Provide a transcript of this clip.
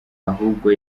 ahubwo